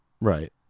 Right